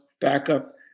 backup